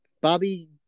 Bobby